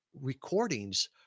recordings